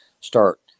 start